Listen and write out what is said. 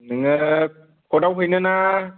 नोङो कर्टआव हैनोना